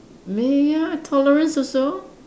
may ah tolerance also